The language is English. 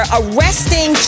arresting